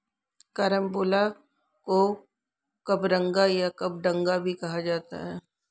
carambola को कबरंगा या कबडंगा भी कहा जाता है